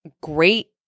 great